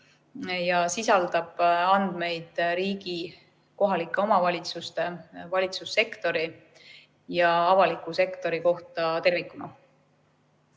sisaldab andmeid riigi, kohalike omavalitsuste, valitsussektori ja avaliku sektori kohta tervikuna.